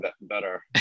better